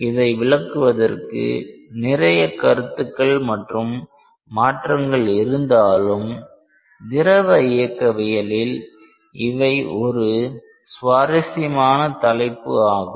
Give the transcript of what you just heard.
இதை விளக்குவதற்கு நிறைய கருத்துக்கள் மற்றும் மாற்றங்கள் இருந்தாலும் திரவ இயக்கவியலில் இவை ஒரு சுவாரசியமான தலைப்பு ஆகும்